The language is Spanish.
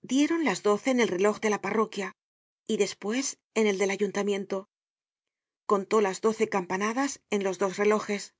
dieron las doce en el reloj de la parroquia y despues en el del ayuntamiento contó las doce campanadas en los dos relojes